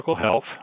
Health